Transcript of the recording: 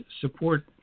support